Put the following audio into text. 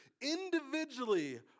individually